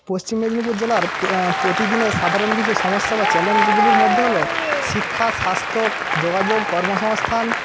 পশ্চিম মেদিনীপুর জেলার প্রতিদিনের সাধারণ কিছু সমস্যা বা চ্যালেঞ্জগুলির মধ্যে হল শিক্ষা স্বাস্থ্য যোগাযোগ কর্মসংস্থান